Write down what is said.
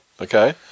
okay